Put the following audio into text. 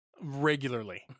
regularly